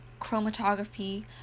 chromatography